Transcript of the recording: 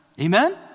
Amen